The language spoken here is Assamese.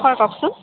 হয় কওকচোন